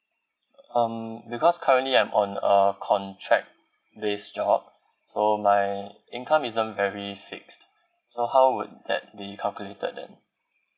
um because currently I'm on uh contract based job so my income isn't very fixed so how would that be calculated then